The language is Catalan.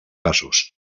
passos